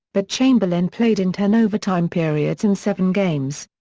but chamberlain played in ten overtime periods in seven games.